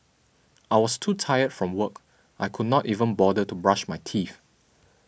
I was too tired from work I could not even bother to brush my teeth